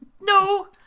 no